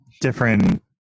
different